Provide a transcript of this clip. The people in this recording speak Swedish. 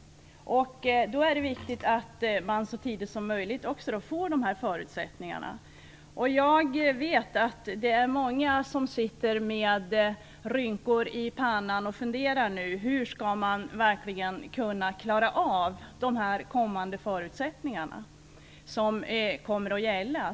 Det är viktigt att man så tidigt som möjligt får besked om förutsättningarna. Jag vet att det nu är många som sitter med rynkor i pannan och funderar på hur man skall kunna klara av de förutsättningar som kommer att gälla.